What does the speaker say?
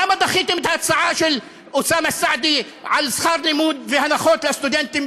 למה דחיתם את ההצעה של אוסאמה סעדי על שכר לימוד והנחות לסטודנטים?